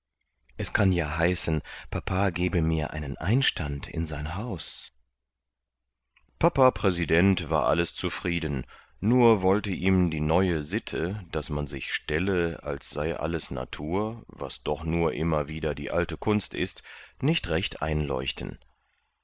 es kann ja heißen papa gebe mir einen einstand in sein haus papa präsident war alles zufrieden nur wollte ihm die neue sitte daß man sich stelle als sei alles natur was doch nur immer wieder die alte kunst ist nicht recht einleuchten